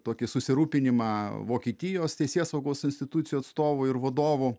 tokį susirūpinimą vokietijos teisėsaugos institucijų atstovų ir vadovų